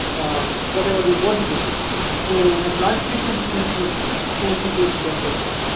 whatever we want to compute. so, a branch frequency twenty percent, store frequency ten percent